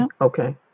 Okay